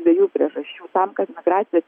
dviejų priežasčių tam kad migracijos